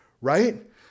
right